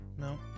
No